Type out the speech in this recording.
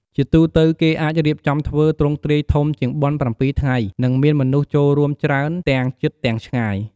ជាទូទៅ គេអាចរៀបចំធ្វើ ទ្រង់ទ្រាយធំជាងបុណ្យប្រាំពីរថ្ងៃ និងមានមនុស្សចូលរួមច្រើនទាំងជិតទាំងឆ្ងាយ។